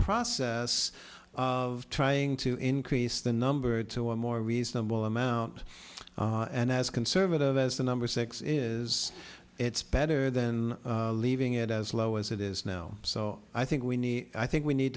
process of trying to increase the number to a more reasonable amount and as conservative as the number six is it's better than leaving it as low as it is now so i think we need i think we need